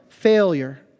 Failure